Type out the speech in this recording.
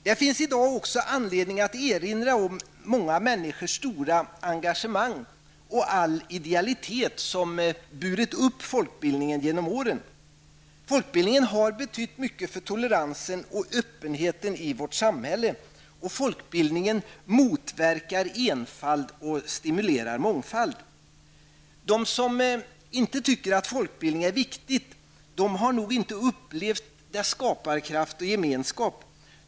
Det finns i dag också anledning att erinra om många människors stora engagemang och all idealitet som burit upp folkbildningen genom åren. Folkbildningen har betytt mycket för toleransen och öppenheten i vårt samhälle. Folkbildning motverkar enfald och stimulerar mångfald. De som inte tycker att folkbildning är något viktigt har nog inte upplevt dess skaparkraft och gemenskap.